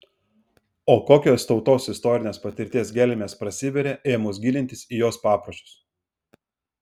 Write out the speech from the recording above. o kokios tautos istorinės patirties gelmės prasiveria ėmus gilintis į jos papročius